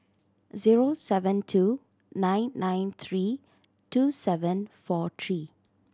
zero seven two nine nine three two seven four three